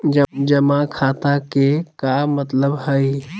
जमा खाता के का मतलब हई?